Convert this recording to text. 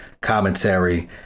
commentary